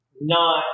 nine